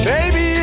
Baby